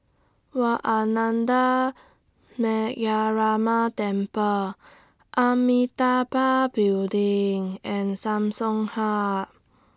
Wat Ananda Metyarama Temple Amitabha Building and Samsung Hub